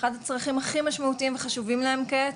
אחד הצרכים הכי משמעותיים וחשובים להם כעת,